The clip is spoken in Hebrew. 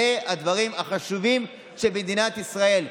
אלה הדברים החשובים של מדינת ישראל,